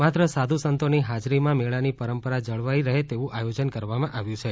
માત્ર સાધુ સંતોની હાજરીમાં મેળાની પરંપરા જળવાઈ તેવું આયોજન કરવામાં આવ્યું છે